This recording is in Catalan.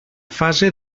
fase